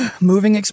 Moving